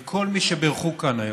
כל מי שבירכו כאן היום,